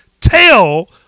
tell